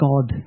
God